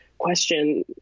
question